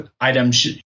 items